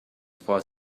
for